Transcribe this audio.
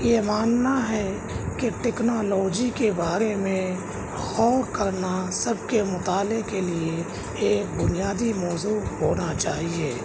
یہ ماننا ہے کہ ٹیکنالوجی کے بارے میں غور کرنا سب کے مطالعہ کے لیے ایک بنیادی موضوع ہونا چاہیے